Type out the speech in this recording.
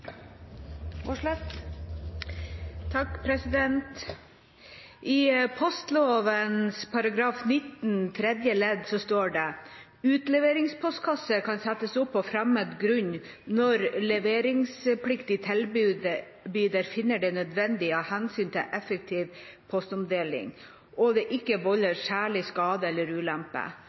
19 tredje ledd står det: «Utleveringspostkasse kan settes opp på fremmed grunn når leveringspliktig tilbyder finner det nødvendig av hensyn til en effektiv postomdeling og det ikke volder særlig skade eller ulempe.»